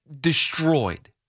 destroyed